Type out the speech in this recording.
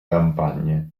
campagne